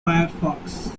firefox